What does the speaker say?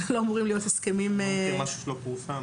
אלה לא אמורים להיות הסכמים --- אני לא מכיר משהו שלא פורסם.